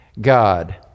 God